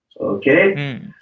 okay